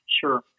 Sure